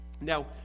Now